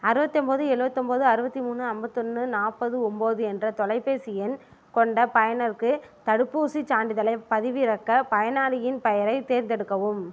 அறுபத்தி ஒம்போது எழுபத்தி ஒம்போது அறுபத்தி மூணு ஐம்பத்தி ஒன்று நாற்பத்தி ஒம்போது என்ற தொலைபேசி எண் கொண்ட பயனருக்கு தடுப்பூசிச் சான்றிதழைப் பதிவிறக்க பயனாளியின் பெயரைத் தேர்ந்தெடுக்கவும்